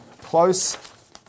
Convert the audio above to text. close